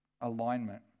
Alignment